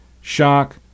shock